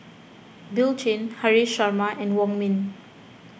Bill Chen Haresh Sharma and Wong Ming